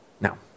Now